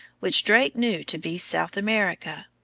which drake knew to be south america.